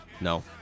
No